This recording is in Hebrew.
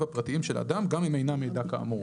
הפרטיים של אדם גם אם אינם מידע כאמור.""